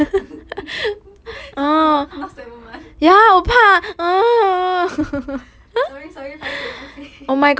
somemore somemore now seventh month sorry sorry paiseh paiseh